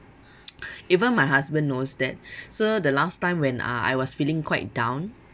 even my husband knows that so the last time when uh I was feeling quite down